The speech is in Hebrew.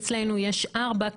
אצלנו יש ארבעה,